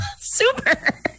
Super